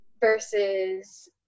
versus